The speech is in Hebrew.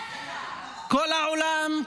כל העולם,